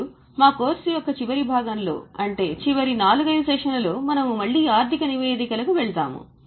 మరియు మా కోర్సు యొక్క చివరి భాగంలో అంటే చివరి 4 5 సెషన్లలో మనము మళ్ళీ ఆర్థిక నివేదికలకు వెళ్తాము